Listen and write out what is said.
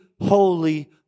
holy